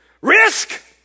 Risk